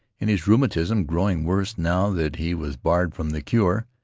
and his rheumatism, growing worse now that he was barred from the cure,